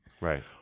Right